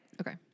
okay